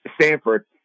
Stanford